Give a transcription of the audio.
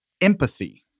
empathy